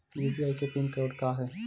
UPI के pin code का हे?